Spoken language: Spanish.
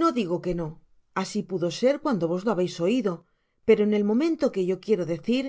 no digo que no asi pudo ser cuando vos lo habeis oido pero en el momento que yo quieto decir